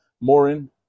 Morin